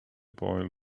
boy